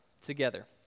together